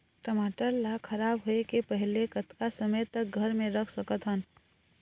टमाटर ला खराब होय के पहले कतका समय तक घर मे रख सकत हन?